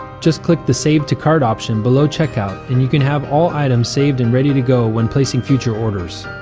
just click the save to cart option below checkout and you can have all items saved and ready to go when placing future orders.